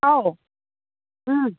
ꯑꯥꯎ ꯎꯝ